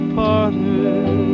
parted